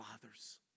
fathers